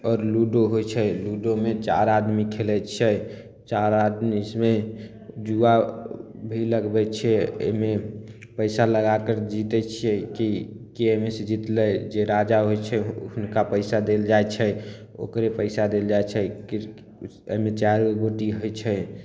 ludo होइ छै लूडोमे चारि आदमी खेलै छै चारि आदमी इसमे जुआ भी लगबै छै एहिमे पैसा लगाकर जीतै छियै कि एहिमे से जीतलै ओ राजा होइ छै हुनका पैसा देल जाइ छै ओकरे पैसा देल जाइ छै एहिमे चारिगो गोटी होइ छै